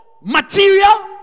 material